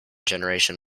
generation